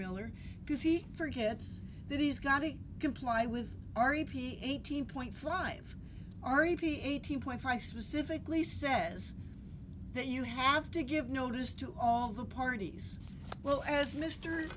miller because he forgets that he's got to comply with our e p a eighteen point five are e p a eighteen point five specifically says that you have to give notice to all the parties well as mr